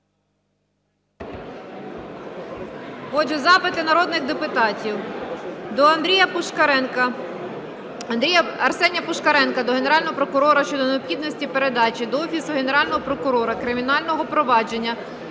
Отже, запити народних депутатів. Арсенія Пушкаренка до Генерального прокурора щодо необхідності передачі до Офісу Генерального прокурора кримінального провадження